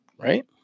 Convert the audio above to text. right